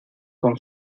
con